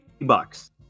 bucks